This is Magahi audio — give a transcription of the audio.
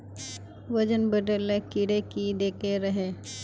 वजन बढे ले कीड़े की देके रहे?